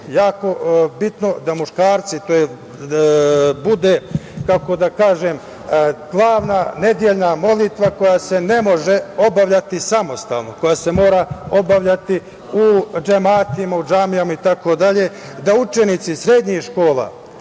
jako bitno da muškarci, bude, kako da kažem, glavna nedeljna molitva koja se ne može obavljati samostalno, koja se mora obavljati u džematima, džamijama itd, da učenici srednjih škola